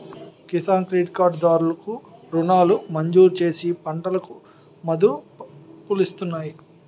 Kisan credit card దారులు కు రుణాలను మంజూరుచేసి పంటలకు మదుపులిస్తున్నాయి